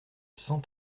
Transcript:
cent